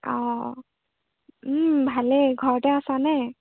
অঁ ভালেই ঘৰতে আছা নে